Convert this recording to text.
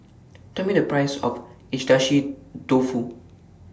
Tell Me The Price of Agedashi Dofu